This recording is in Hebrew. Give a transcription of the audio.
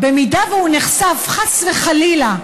אם הוא נחשף לביצים, חס וחלילה,